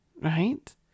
right